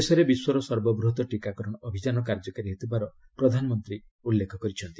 ଦେଶରେ ବିଶ୍ୱର ସର୍ବବୃହତ ଟିକାକରଣ ଅଭିଯାନ କାର୍ଯ୍ୟକାରୀ ହେଉଥିବାର ପ୍ରଧାନମନ୍ତ୍ରୀ ଉଲ୍ଲେଖ କରିଛନ୍ତି